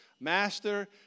Master